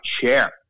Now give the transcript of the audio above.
chair